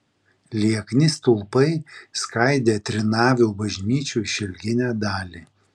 liekni stulpai skaidė trinavių bažnyčių išilginę dalį